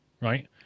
right